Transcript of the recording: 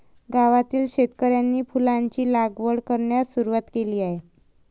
गावातील शेतकऱ्यांनी फुलांची लागवड करण्यास सुरवात केली आहे